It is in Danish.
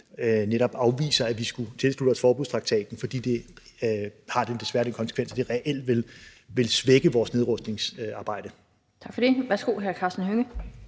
netop afviser, at vi skulle tilslutte os forbudstraktaten, fordi den desværre har den konsekvens, at det reelt vil svække vores nedrustningsarbejde. Kl. 16:02 Den fg.